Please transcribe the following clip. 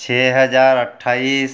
छः हज़ार अट्ठाईस